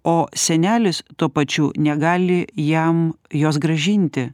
o senelis tuo pačiu negali jam jos grąžinti